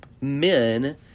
Men